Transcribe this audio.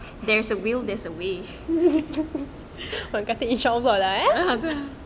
orang kata insya allah ya